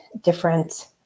different